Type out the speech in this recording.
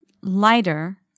Lighter